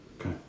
Okay